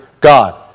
God